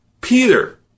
Peter